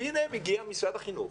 והינה מגיע משרד החינוך...